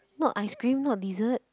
not ice cream not dessert